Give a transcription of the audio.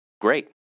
great